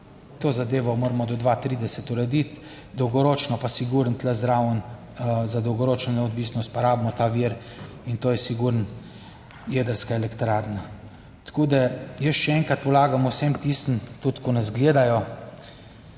to zadevo moramo do 2030 urediti, dolgoročno pa sigurno tu zraven, za dolgoročno neodvisnost pa rabimo ta vir in to je sigurno jedrska elektrarna. Tako, da jaz še enkrat polagam vsem tistim. tudi, ki nas gledajo,